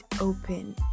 open